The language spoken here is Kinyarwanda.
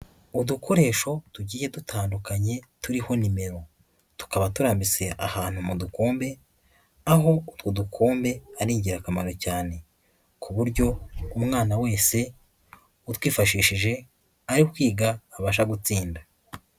Udukoresho tugiye dutandukanye turiho nimero. Tukaba turambitse ahantu mu dukombe, aho utwo dukombe ari ingirakamaro cyane, ku buryo umwana wese utwifashishije ari kwiga, abasha gutsinda.